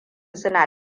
suna